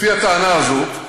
לפי הטענה הזו,